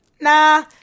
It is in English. nah